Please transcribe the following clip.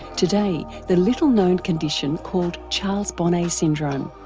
today, the little-known condition called charles bonnet syndrome.